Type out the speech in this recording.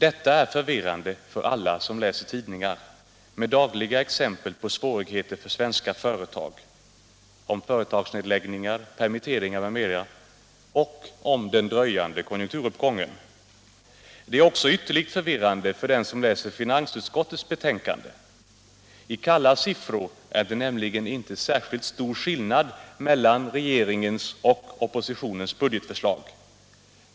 Detta är förvirrande för alla som läser tidningar med dagliga exempel på svårigheter för svenska företag, på företagsnedläggningar, permitteringar m.m. och med tanke på den dröjande konjunkturuppgången. Det är också ytterligt förvirrande för den som läser finansutskottets betänkande. I kalla siffror är det nämligen inte särskilt stor skillnad mellan regeringens och oppositionens budgetförslag.